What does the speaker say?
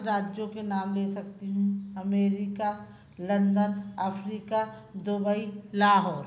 राज्यों के नाम ले सकती हूँ America London Africa Dubai Lahore